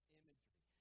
imagery